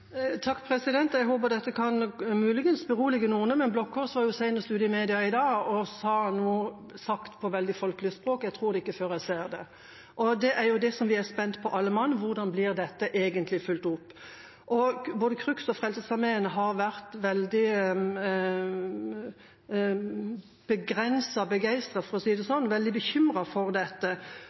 Jeg håper dette muligens kan berolige noen, men Blå Kors var senest i dag ute i media og sa, sagt i et folkelig språk, at de ikke tror det før de ser det. Det er det vi er spent på alle mann: Hvordan blir dette egentlig fulgt opp? Både CRUX og Frelsesarmeen har vært veldig begrenset begeistret – for å si det sånn – og veldig bekymret for dette.